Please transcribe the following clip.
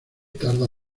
tarda